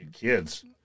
Kids